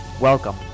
Welcome